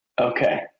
Okay